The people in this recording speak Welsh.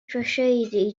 drasiedi